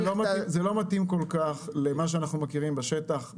לא מתאים כל כך למה שאנחנו מכירים בשטח.